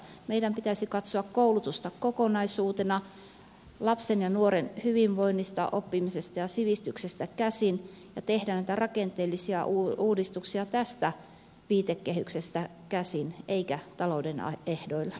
meidän pitäisi katsoa koulutusta kokonaisuutena lapsen ja nuoren hyvinvoinnista oppimisesta ja sivistyksestä käsin ja tehdä näitä rakenteellisia uudistuksia tästä viitekehyksestä käsin eikä talouden ehdoilla